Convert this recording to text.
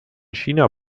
china